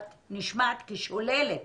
את נשמעת כשוללת